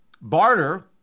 barter